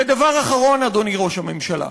ודבר אחרון, אדוני ראש הממשלה,